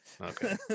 okay